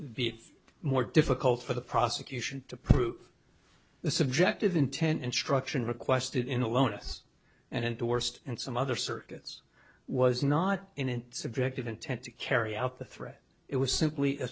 be more difficult for the prosecution to prove the subjective intent instruction requested in aloneness and indorsed and some other circuits was not in an subjective intent to carry out the threat it was simply a